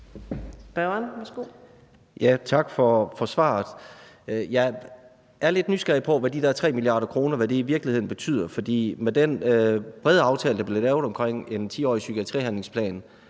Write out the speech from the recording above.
Tak for svaret. Jeg er lidt nysgerrig på, hvad de der 3 mia. kr. i virkeligheden betyder. For med den brede aftale, der blev lavet, om en 10-årig psykiatrihandlingsplan